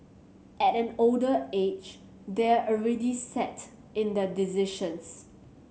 at an older age they're already set in their decisions